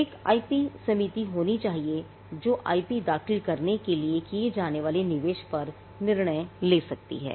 एक आईपी समिति होनी चाहिए जो आईपी दाखिल करने के लिए किये जाने वाले निवेश पर निर्णय ले सकती है